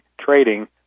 trading